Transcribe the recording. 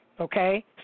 Okay